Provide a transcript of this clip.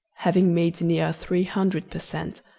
having made near three hundred per cent,